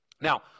Now